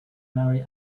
mary